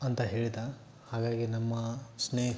ಅಂತ ಹೇಳಿದ ಹಾಗಾಗಿ ನಮ್ಮ ಸ್ನೇ